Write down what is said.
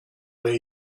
way